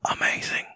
amazing